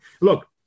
look